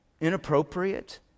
inappropriate